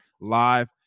live